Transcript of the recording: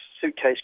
suitcase